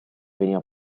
veniva